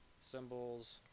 symbols